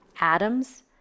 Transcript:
Atoms